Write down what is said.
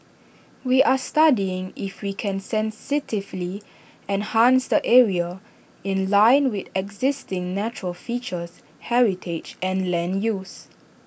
we are studying if we can sensitively enhance the area in line with existing natural features heritage and land use